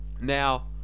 Now